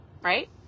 right